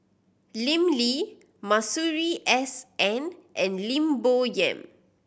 Lim Lee Masuri S N and Lim Bo Yam